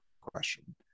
question